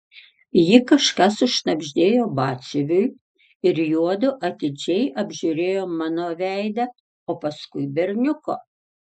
ji kažką sušnabždėjo batsiuviui ir juodu atidžiai apžiūrėjo mano veidą o paskui berniuko